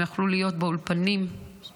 הם יכלו להיות באולפנים השונים,